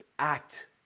act